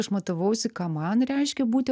aš matavausi ką man reiškia būti